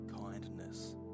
Kindness